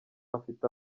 afite